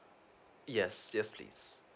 yes yes please